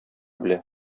белә